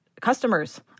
customers